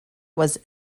was